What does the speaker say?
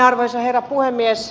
arvoisa herra puhemies